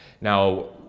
Now